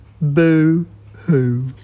boo-hoo